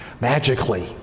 magically